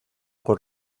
con